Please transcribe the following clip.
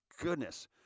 goodness